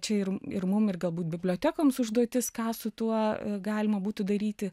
čia ir ir mum ir galbūt bibliotekoms užduotis ką su tuo galima būtų daryti